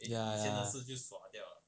ya ya